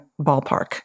ballpark